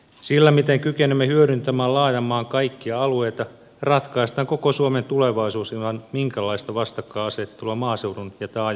sillä miten kykenemme hyödyntämään laajan maan kaikkia alueita ratkaistaan koko suomen tulevaisuus ilman minkäänlaista vastakkainasettelua maaseudun ja taajamien välillä